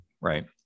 Right